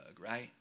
right